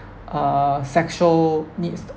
uh sexual needs